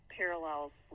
parallels